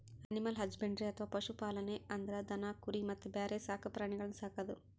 animal husbandry ಅಥವಾ ಪಶು ಪಾಲನೆ ಅಂದ್ರ ದನ ಕುರಿ ಮತ್ತ್ ಬ್ಯಾರೆ ಸಾಕ್ ಪ್ರಾಣಿಗಳನ್ನ್ ಸಾಕದು